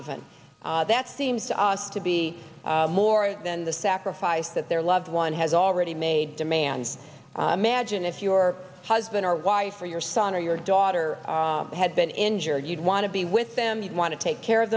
even that seems to be more than the sacrifice that their loved one has already made demands imagine if your husband or wife or your son or your daughter had been injured you'd want to be with them you want to take care of